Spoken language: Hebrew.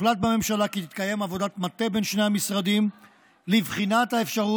הוחלט בממשלה כי תתקיים עבודת מטה בין שני המשרדים לבחינת האפשרות